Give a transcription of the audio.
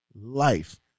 life